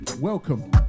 Welcome